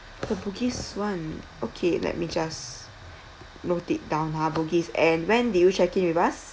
the Bugis one okay let me just note it down ha Bugis and when did you check in with us